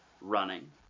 running